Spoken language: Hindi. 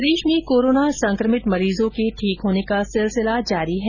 प्रदेश में कोरोना संक्रमित मरीजों के ठीक होने का सिलसिला जारी है